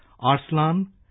Arslan